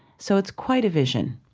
so it's quite a vision